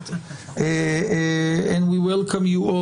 מבוצעת ע"י אחראי על קטין שאינו בן משפחה שלו,